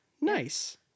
nice